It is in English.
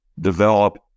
develop